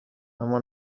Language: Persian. اما